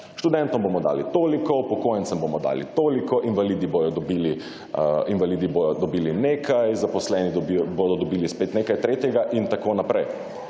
študentom bomo dali toliko, upokojencem bomo dali toliko, invalidi bodo dobili nekaj, zaposleni bodo dobili spet nekaj tretjega in tako naprej.